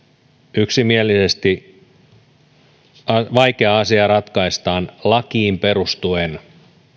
yksimielisesti vaikea asia ratkaistaan lakiin perustuen